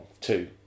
two